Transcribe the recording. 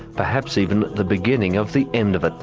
perhaps even the beginning of the end of it.